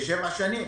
היא שבע שנים.